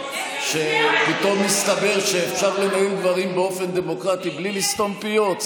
פתאום מסתבר שאפשר לנהל דברים באופן דמוקרטי בלי לסתום פיות?